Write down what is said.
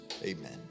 Amen